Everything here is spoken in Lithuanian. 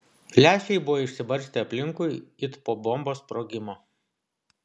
lęšiai buvo išsibarstę aplinkui it po bombos sprogimo